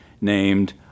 named